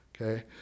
Okay